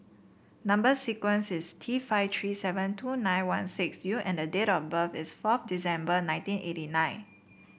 number sequence is T five three seven two nine one six U and date of birth is forth December nineteen eighty nine